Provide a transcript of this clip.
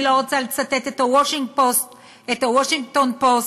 אני לא רוצה לצטט את ה"וושינגטון פוסט",